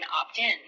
opt-in